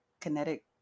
kinetic